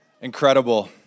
Incredible